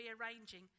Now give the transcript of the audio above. rearranging